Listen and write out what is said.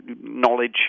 knowledge